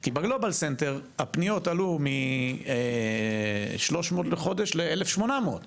כי בגלובל סנטר הפניות עלו מ-300 בחודש ל-1,800 בחודש,